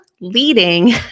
leading